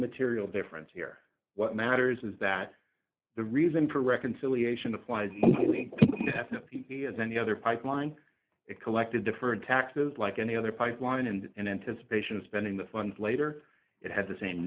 material difference here what matters is that the reason for reconciliation applies only as any other pipeline it collected deferred taxes like any other pipeline and in anticipation of spending the funds later it had to sa